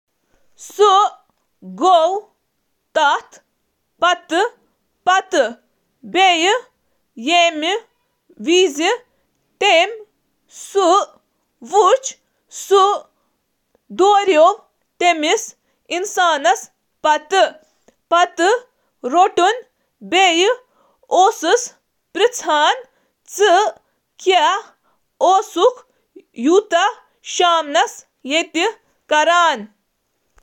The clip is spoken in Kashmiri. تٔمۍ وُچھ اکھ نفر، تہٕ سُہ ژوٚل سُہ شخٕص أمِس پتہٕ ژلان تہٕ رٔٹِتھ تٔمِس پرٛژھ زِ تُہۍ کیٛاہ چھِو ییٚتہِ رٲژ کران۔